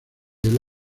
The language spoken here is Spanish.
del